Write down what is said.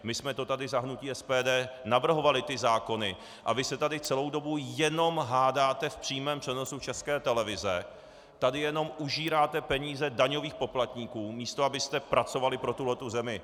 My jsme tady za hnutí SPD navrhovali ty zákony, a vy se tady celou dobu jenom hádáte v přímém přenosu České televize, tady jenom užíráte peníze daňových poplatníků, místo abyste pracovali pro tuhle zemi.